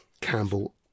Campbell